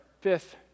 fifth